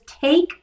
take